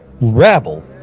Rabble